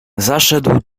zaszedł